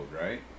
right